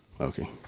Okay